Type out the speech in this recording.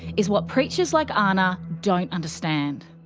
is what preachers like ana don't understand.